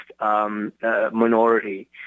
minority